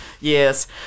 yes